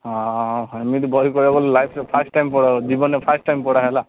ହଁ ଏମିତି ବହି କହିବ ବୋଲେ ଲାଇଫ୍ରେ ଫାଷ୍ଟ୍ ଟାଇମ୍ ଜୀବନରେ ଫାଷ୍ଟ୍ ଟାଇମ୍ ପଢ଼ା ହେଲା